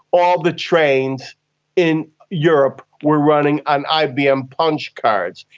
all the trains in europe were running on ibm punch cards.